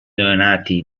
neonati